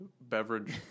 beverage